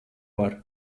var